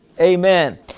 Amen